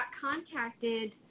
contacted